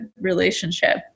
relationship